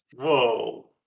Whoa